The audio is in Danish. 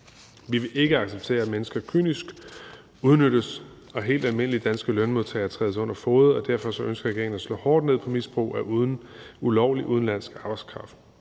Vi vil ikke acceptere, at mennesker kynisk udnyttes, og at helt almindelige danske lønmodtagere trædes under fode, og derfor ønsker regeringen at slå hårdt ned på misbrug af ulovlig udenlandsk arbejdskraft.